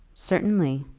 certainly,